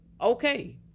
okay